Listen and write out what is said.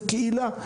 זה קהילה,